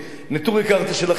נטורי קרתא של החילונים,